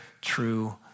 true